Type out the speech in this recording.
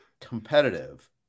competitive